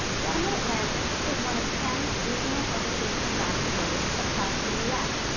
rel mid-atlantic is one of ten regional educational laboratories across the u s.